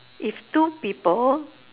if two people